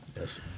Yes